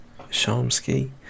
Shamsky